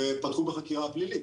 ופתחו בחקירה פלילית.